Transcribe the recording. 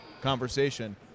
conversation